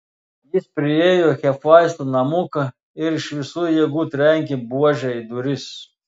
jis priėjo hefaisto namuką ir iš visų jėgų trenkė buože į duris